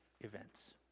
events